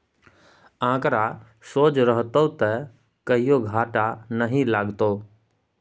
आंकड़ा सोझ रहतौ त कहियो घाटा नहि लागतौ